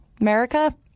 America